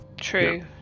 True